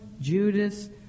Judas